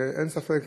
אין ספק,